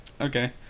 Okay